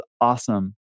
awesome